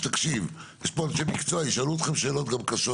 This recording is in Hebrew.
יש פה אנשי מקצוע וישאלו אותכם שאלות גם קשות